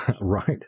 Right